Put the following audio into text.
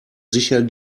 sicher